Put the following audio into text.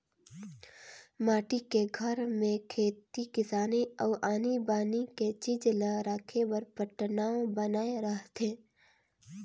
माटी के घर में खेती किसानी अउ आनी बानी के चीज ला राखे बर पटान्व बनाए रथें